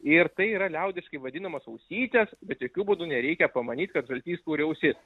ir tai yra liaudiškai vadinamos ausytės bet jokiu būdu nereikia pamanyt kad žaltys turi ausis